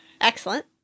excellent